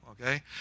okay